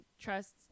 trusts